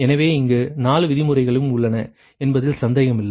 எனவே இங்கு 4 விதிமுறைகளும் உள்ளன என்பதில் சந்தேகமில்லை